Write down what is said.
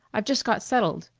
i've just got settled.